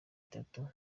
itatu